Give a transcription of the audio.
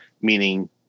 meaning